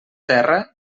terra